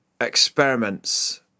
experiments